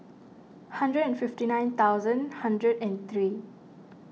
hundred and fifty nine thousand hundred and three